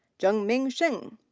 jungmin shin.